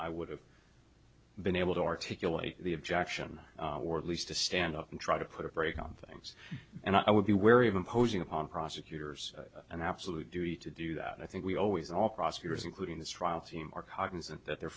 i would have been able to articulate the objection or at least to stand up and try to put a brake on things and i would be wary of imposing upon prosecutors an absolute duty to do that i think we always all prosecutors including this trial team are cognizant that their